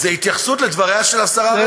זו התייחסות לדבריה של השרה רגב, אדוני.